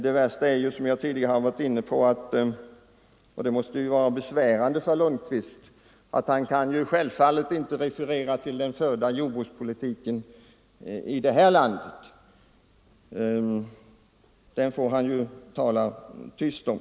Det värsta är — och det måste vara besvärande för herr Lundkvist — att han inte kan hänvisa till den av socialdemokraterna förda jordbrukspolitiken i det här landet. Den får han tala tyst om.